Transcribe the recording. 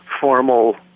formal